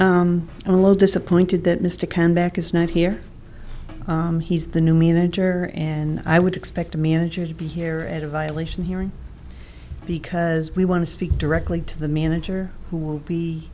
to a little disappointed that mr can back is not here he's the new manager and i would expect a manager to be here at a violation hearing because we want to speak directly to the manager who will be